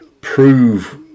prove